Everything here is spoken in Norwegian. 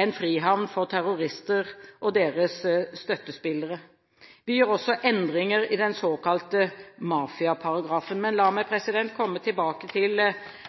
en frihavn for terrorister og deres støttespillere. Vi gjør også endringer i den såkalte mafiaparagrafen. La meg komme tilbake til